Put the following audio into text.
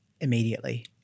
immediately